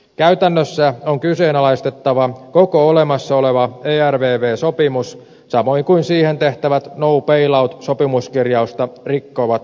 käytännössä on kyseenalaistettava koko olemassa oleva ervv sopimus samoin kuin siihen tehtävät no bail out sopimuskirjausta rikkovat muutokset